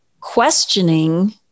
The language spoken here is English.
questioning